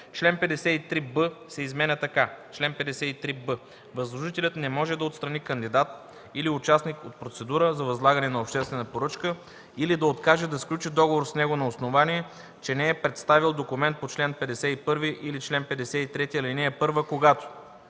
Член 53б се изменя така: „Чл. 53б. Възложителят не може да отстрани кандидат или участник от процедура за възлагане на обществена поръчка или да откаже да сключи договор с него на основание, че не е представил документ по чл. 51 или чл. 53, ал. 1, когато: